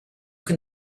can